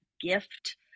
gift